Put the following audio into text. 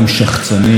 יהיר,